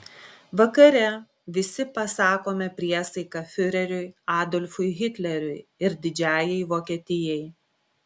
vakare visi pasakome priesaiką fiureriui adolfui hitleriui ir didžiajai vokietijai